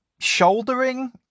shouldering